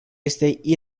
este